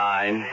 Nine